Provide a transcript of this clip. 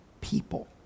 people